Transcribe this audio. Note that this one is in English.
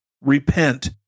Repent